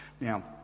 Now